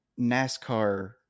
NASCAR